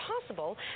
possible